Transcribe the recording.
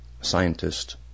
scientist